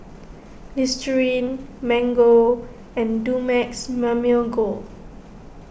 Listerine Mango and Dumex Mamil Gold